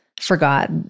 forgot